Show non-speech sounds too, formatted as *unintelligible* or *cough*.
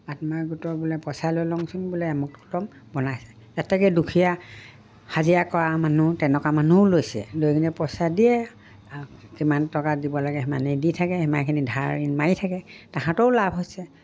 আত্মসহায়ক গোটৰ বোলে পইচা লৈ লওঁচোন বোলে আমোকতো *unintelligible* বনাইছে যাতেকৈ দুখীয়া হাজিৰা কৰা মানুহ তেনেকুৱা মানুহও লৈছে লৈ কিনে পইচা দিয়ে আৰু কিমান টকা দিব লাগে সিমানেই দি থাকে সিমমানখিনি ধাৰ ঋণ মাৰি থাকে সিহঁতৰো লাভ হৈছে